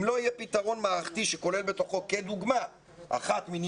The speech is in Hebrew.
אם לא יהיה פתרון מערכתי שכולל בתוכו כדוגמה אחת מני